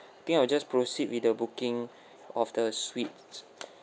think I will just proceed with the booking of the suite